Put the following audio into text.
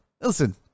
listen